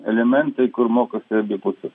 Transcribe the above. elementai kur mokosi abi pusės